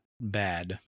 bad